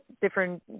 different